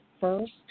first